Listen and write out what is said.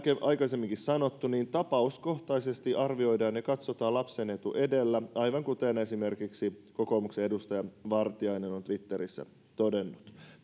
aikaisemminkin on sanottu tapauskohtaisesti arvioidaan ja katsotaan lapsen etu edellä aivan kuten esimerkiksi kokoomuksen edustaja vartiainen on twitterissä todennut